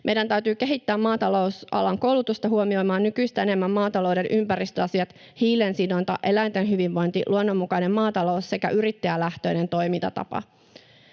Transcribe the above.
Meidän täytyy kehittää maatalousalan koulutusta huomioimaan nykyistä enemmän maatalouden ympäristöasiat, hiilensidonta, eläinten hyvinvointi, luonnonmukainen maatalous sekä yrittäjälähtöinen toimintatapa.